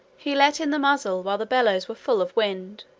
he let in the muzzle while the bellows were full of wind,